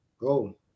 Go